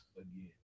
again